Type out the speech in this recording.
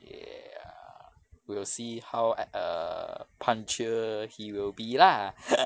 ya we'll see how at~ err punctual he will be lah